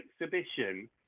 exhibition